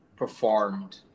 Performed